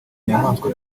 nyamanswa